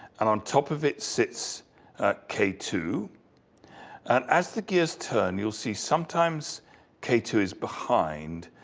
and on top of it, sits ah k two. and as the gears turn, you'll see sometimes k two is behind,